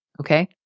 okay